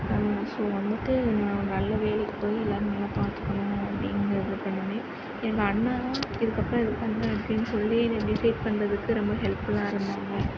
so வந்துவிட்டு நான் ஒரு நல்ல வேலைக்கு போய் எல்லோரையும் நல்லா பார்த்துக்கணும் அப்படினு இது பண்ணுனே எங்கள் அண்ணன் தான் இதுக்கப்புறம் இது பண்ணு அப்படினு சொல்லி என்னை டிசைட் பண்ணுறதுக்கு ரொம்ப ஹெல்ப்ஃபுல்லாக இருந்தாங்க